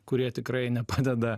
kurie tikrai nepadeda